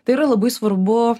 tai yra labai svarbu